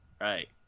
Right